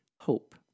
hope